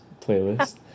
playlist